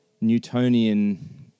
Newtonian